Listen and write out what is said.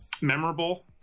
memorable